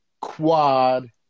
Quad